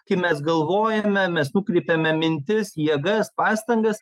kai mes galvojame mes nukreipiame mintis jėgas pastangas